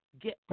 Get